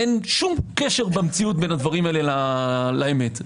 אין שום קשר במציאות בין הדברים האלה לאמת.